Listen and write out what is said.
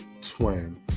Twin